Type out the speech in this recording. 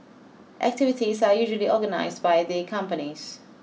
activities are usually organised by the companies